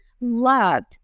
loved